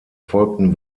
folgten